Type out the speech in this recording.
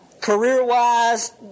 Career-wise